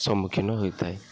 ସମ୍ମୁଖୀନ ହୋଇଥାଏ